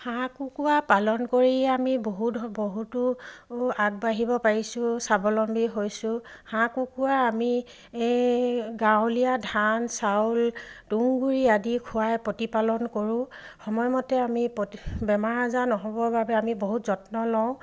হাঁহ কুকুৰা পালন কৰিয়ে আমি বহুতো আগবাঢ়িব পাৰিছোঁ স্বাৱলম্বী হৈছোঁ হাঁহ কুকুৰা আমি গাঁৱলীয়া ধান চাউল তুঁহগুৰি আদি খুৱাই প্ৰতিপালন কৰোঁ সময়মতে আমি বেমাৰ আজাৰ নহ'বৰ বাবে আমি বহুত যত্ন লওঁ